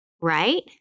right